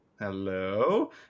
hello